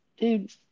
dude